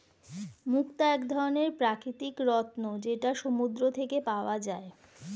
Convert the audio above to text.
মুক্তা এক ধরনের প্রাকৃতিক রত্ন যেটা সমুদ্র থেকে পাওয়া যায়